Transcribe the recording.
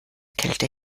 kälte